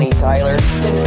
Tyler